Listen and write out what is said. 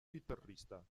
chitarrista